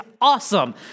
awesome